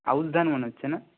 আউশ ধান মনে হচ্ছে না